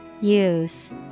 Use